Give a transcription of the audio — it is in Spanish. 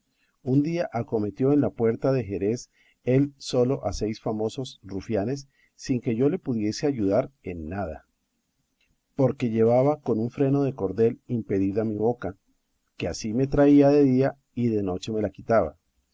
un día acometió en la puerta de jerez él solo a seis famosos rufianes sin que yo le pudiese ayudar en nada porque llevaba con un freno de cordel impedida la boca que así